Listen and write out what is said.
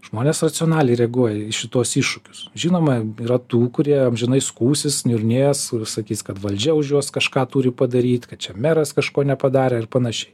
žmonės racionaliai reaguoja į šituos iššūkius žinoma yra tų kurie amžinai skųsis niurnės sakys kad valdžia už juos kažką turi padaryt kad čia meras kažko nepadarė ir panašiai